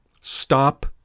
Stop